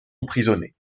emprisonnés